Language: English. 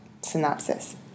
synopsis